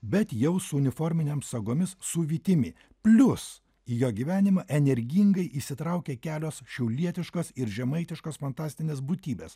bet jau su uniforminėm sagomis su vytimi plius į jo gyvenimą energingai įsitraukė kelios šiaulietiškos ir žemaitiškos fantastines būtybės